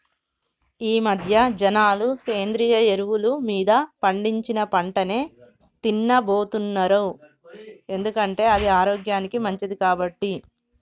ఈమధ్య జనాలు సేంద్రియ ఎరువులు మీద పండించిన పంటనే తిన్నబోతున్నారు ఎందుకంటే అది ఆరోగ్యానికి మంచిది కాబట్టి